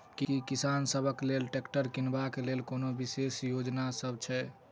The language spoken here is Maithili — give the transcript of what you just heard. की किसान सबहक लेल ट्रैक्टर किनबाक लेल कोनो विशेष योजना सब छै?